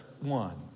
one